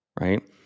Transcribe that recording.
Right